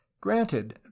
granted